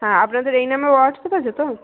হ্যাঁ আপনাদের এই নম্বরে হোয়াটসঅ্যাপ আছে তো